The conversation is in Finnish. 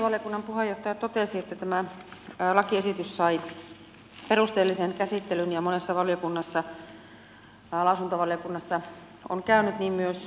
ympäristövaliokunnan puheenjohtaja totesi että tämä lakiesitys sai perusteellisen käsittelyn ja monessa lausuntovaliokunnassa on käynyt niin myös hallintovaliokunnassa